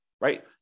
right